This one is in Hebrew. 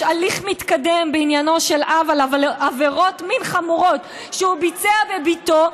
יש הליך מתקדם בעניינו של אב על עבירות מין חמורות שהוא ביצע בבתו,